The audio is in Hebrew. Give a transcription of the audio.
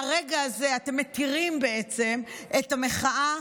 מהרגע הזה אתם מתירים בעצם את המחאה,